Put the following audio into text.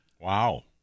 Wow